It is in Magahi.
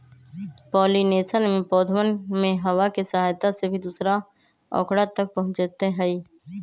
पॉलिनेशन में पौधवन में हवा के सहायता से भी दूसरा औकरा तक पहुंचते हई